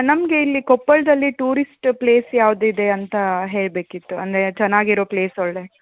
ನಮಗೆ ಇಲ್ಲಿ ಕೊಪ್ಪಳದಲ್ಲಿ ಟೂರಿಸ್ಟ್ ಪ್ಲೇಸ್ ಯಾವುದಿದೆ ಅಂತ ಹೇಳಬೇಕಿತ್ತು ಅಂದರೆ ಚೆನ್ನಾಗಿರೋ ಪ್ಲೇಸ್ ಒಳ್ಳೆ